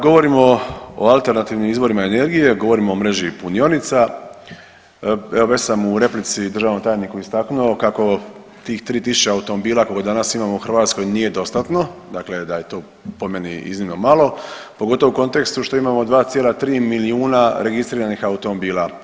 Govorimo o alternativnim izvorima energije, govorimo o mreži punionica, evo već sam u replici državnom tajniku istaknuo kako tih 3.000 automobila koliko danas imamo u Hrvatskoj nije dostatno, dakle da je to po meni iznimno malo pogotovo u kontekstu što imamo 2,3 milijuna registriranih automobila.